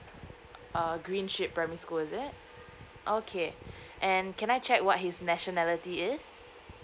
uh green ship primary school is it okay and can I check what his nationality is